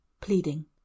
pleading